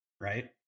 right